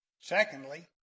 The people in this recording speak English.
Secondly